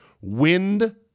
wind